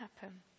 happen